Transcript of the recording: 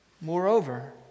Moreover